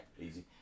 easy